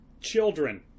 children